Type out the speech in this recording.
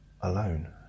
alone